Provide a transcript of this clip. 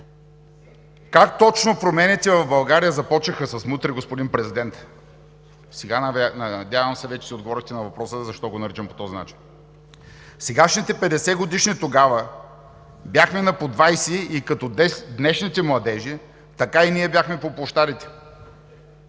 Как точно промените в България започнаха с мутри, господин Президент? Сега надявам се вече си отговорихте на въпроса защо го наричам по този начин? Сегашните 50-годишни тогава бяхме на по 20 и като днешните младежи така и ние бяхме по площадите.